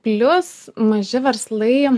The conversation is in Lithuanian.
plius maži verslai